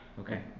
Okay